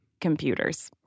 computers